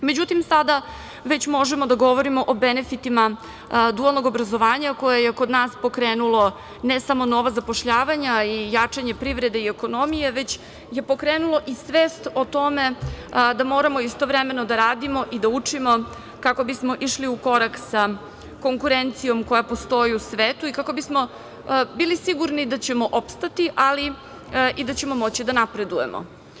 Međutim, sada već možemo da govorimo o benefitima dualnog obrazovanja koje je kod nas pokrenulo ne samo nova zapošljavanja i jačanje privrede i ekonomije, već je pokrenulo i svest o tome da moramo istovremeno da radimo i da učimo kako bismo išli u korak sa konkurencijom koja postoji u svetu kako bismo bili sigurni da ćemo opstati, ali i da ćemo moći da napredujemo.